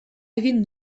egin